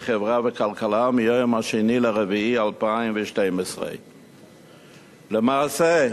חברה וכלכלה מיום 2 באפריל 2012. למעשה,